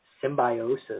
symbiosis